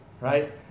Right